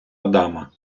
адама